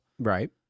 Right